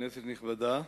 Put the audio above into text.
כנסת נכבדה,